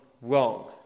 wrong